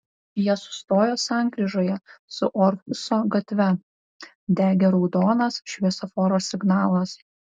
jie sustojo sankryžoje su orhuso gatve degė raudonas šviesoforo signalas